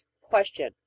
Question